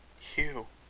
hugh!